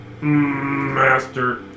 Master